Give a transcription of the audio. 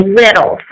little